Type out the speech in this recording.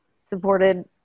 supported